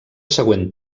següent